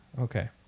Okay